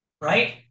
right